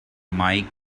mike